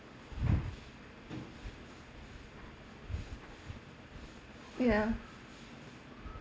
ya